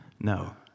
No